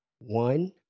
One